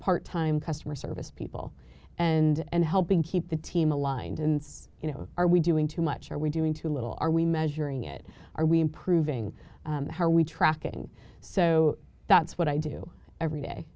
part time customer service people and helping keep the team aligned and you know are we doing too much are we doing too little are we measuring it are we improving how are we tracking so that's what i do every day